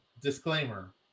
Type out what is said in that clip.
disclaimer